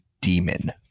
demon